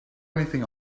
anything